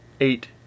eight